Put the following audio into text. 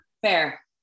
fair